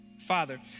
Father